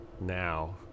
now